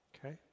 Okay